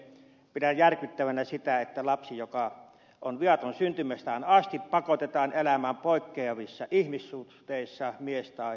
pidän järkyttävänä sitä että lapsi joka on viaton syntymästään asti pakotetaan elämään poikkeavissa ihmissuhteissa mies tai naisvanhempien kasvatuksessa